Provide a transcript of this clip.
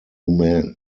men